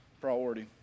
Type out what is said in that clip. priority